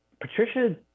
Patricia